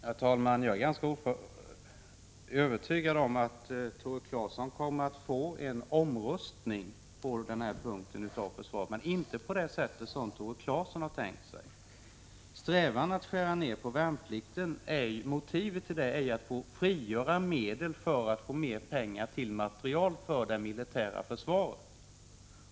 Herr talman! Jag är ganska övertygad om att Tore Claeson kommer att få en omröstning vad gäller denna punkt av försvarsanslagen, men inte på det sätt som Tore Claeson har tänkt sig. Motivet för strävandena att skära ned på värnplikten är att man skall få möjligheter att frigöra mer pengar till materiel för det militära försvaret.